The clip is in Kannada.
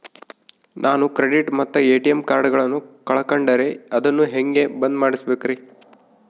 ನಾನು ಕ್ರೆಡಿಟ್ ಮತ್ತ ಎ.ಟಿ.ಎಂ ಕಾರ್ಡಗಳನ್ನು ಕಳಕೊಂಡರೆ ಅದನ್ನು ಹೆಂಗೆ ಬಂದ್ ಮಾಡಿಸಬೇಕ್ರಿ?